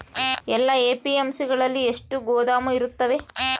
ಎಲ್ಲಾ ಎ.ಪಿ.ಎಮ್.ಸಿ ಗಳಲ್ಲಿ ಎಷ್ಟು ಗೋದಾಮು ಇರುತ್ತವೆ?